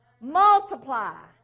multiply